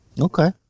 Okay